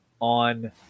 on